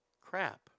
Crap